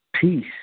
peace